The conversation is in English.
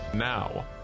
Now